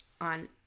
on